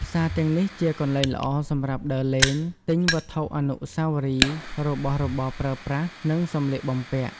ផ្សារទាំងនេះជាកន្លែងល្អសម្រាប់ដើរលេង ទិញវត្ថុអនុស្សាវរីយ៍ របស់របរប្រើប្រាស់ និងសម្លៀកបំពាក់ ។